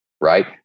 right